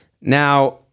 Now